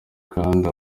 kandi